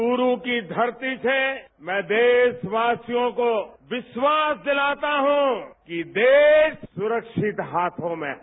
चुरू की धरती से मैं देशवासियों को विश्वास दिलाता हूं कि देश सुरक्षित हाथों में है